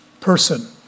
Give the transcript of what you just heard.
person